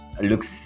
looks